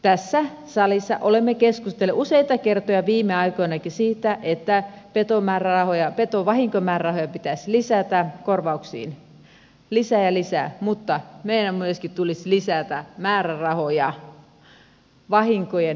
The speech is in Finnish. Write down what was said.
tässä salissa olemme keskustelleet useita kertoja viime aikoinakin siitä että petovahinkomäärärahoja pitäisi lisätä korvauksiin lisää ja lisää mutta meidän myöskin tulisi lisätä määrärahoja vahinkojen vähentämiseen